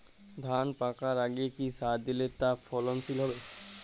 ধান পাকার আগে কি সার দিলে তা ফলনশীল হবে?